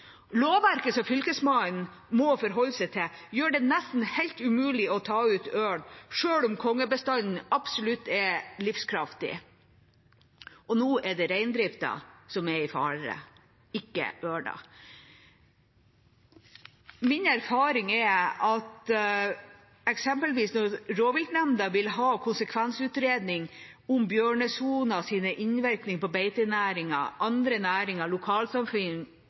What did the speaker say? Lovverket som Fylkesmannen må forholde seg til, gjør det nesten helt umulig å ta ut ørn selv om kongeørnbestanden absolutt er livskraftig. Nå er det reindriften som er i fare, ikke ørna. Min erfaring er eksempelvis at når rovviltnemnda vil ha konsekvensutredning om bjørnesoner og finne innretninger for beitenæringen, andre næringer, lokalsamfunn,